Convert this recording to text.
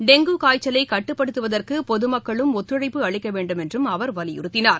dengue காய்ச்சலை கட்டுப்படுத்துவதற்கு பொதுமக்களும் ஒத்துழைப்பு அளிக்க வேண்டுமென்றும் அவர் வலியுறுத்தினார்